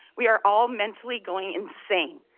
we are all mentally going insane.